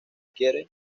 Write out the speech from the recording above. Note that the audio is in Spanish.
quiere